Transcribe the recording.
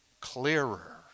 clearer